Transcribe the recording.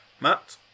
Matt